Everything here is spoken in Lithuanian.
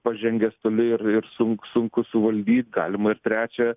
pažengęs toli ir ir sun sunku suvaldyt galima ir trečią